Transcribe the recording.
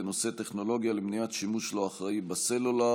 בנושא טכנולוגיה למניעת שימוש לא אחראי בסלולר.